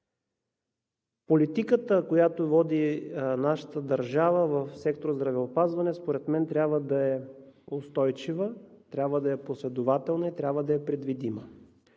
политиката, която води нашата държава в сектора „Здравеопазване“, според мен трябва да е устойчива, трябва да е последователна и трябва да е предвидима.